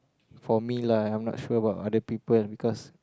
for me lah I'm not sure about other people because